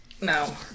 No